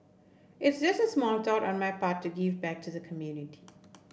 it's just a small thought on my part to give back to the community